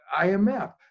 IMF